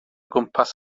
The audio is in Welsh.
gwmpas